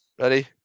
ready